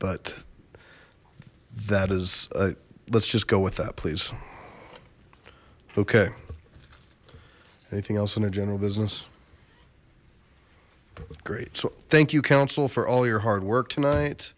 but that is i let's just go with that please okay anything else in our general business great so thank you council for all your hard work tonight